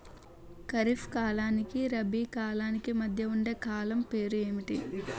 ఖరిఫ్ కాలానికి రబీ కాలానికి మధ్య ఉండే కాలం పేరు ఏమిటి?